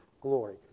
glory